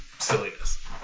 Silliness